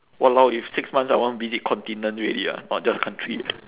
!walao! if six months I want to visit continent already ah not just country